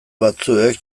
batzuek